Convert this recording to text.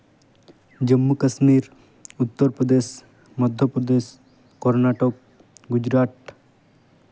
Jammu Kashmir Uttar Pradesh Madhya Pradesh ᱠᱨᱚᱱᱟᱴᱚᱠ Gujarat